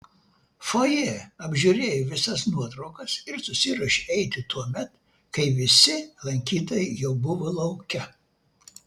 fojė apžiūrėjo visas nuotraukas ir susiruošė eiti tuomet kai visi lankytojai jau buvo lauke